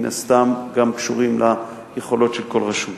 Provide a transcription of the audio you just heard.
מן הסתם, הם גם קשורים ליכולות של כל רשות.